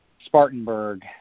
Spartanburg